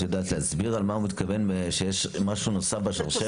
את יודעת להסביר על מה הוא מתכוון שיש משהו נוסף בשרשרת?